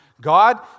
God